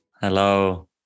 hello